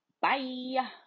Bye